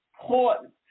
important